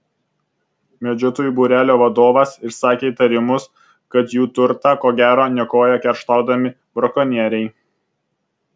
medžiotojų būrelio vadovas išsakė įtarimus kad jų turtą ko gero niokoja kerštaudami brakonieriai